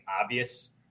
obvious